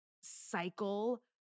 cycle